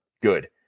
good